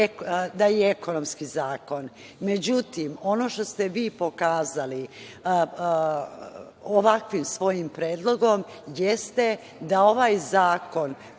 da je ekonomski zakon. Međutim, ono što ste vi pokazali ovakvim svojim predlogom jeste da ovaj zakon